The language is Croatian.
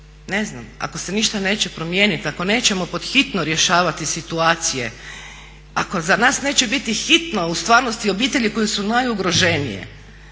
Ne znam. Ako se ništa neće promijeniti, ako nećemo podhitno rješavati situacije, ako za nas neće biti hitno u stvarnosti obitelji koje su najugroženije,